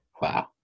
Wow